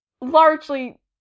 largely